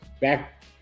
back